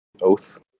oath